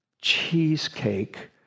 cheesecake